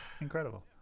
incredible